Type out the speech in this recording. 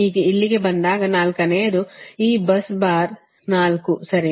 ಈಗ ಇಲ್ಲಿಗೆ ಬಂದಾಗ ನಾಲ್ಕನೆಯದು ಈ bus ಬಾರ್ 4 ಸರಿನಾ